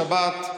בשבת,